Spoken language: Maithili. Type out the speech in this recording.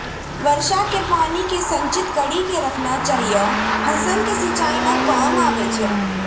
वर्षा के पानी के संचित कड़ी के रखना चाहियौ फ़सल के सिंचाई मे काम आबै छै?